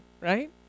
right